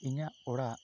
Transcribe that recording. ᱤᱧᱟᱹᱜ ᱚᱲᱟᱜ